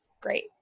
great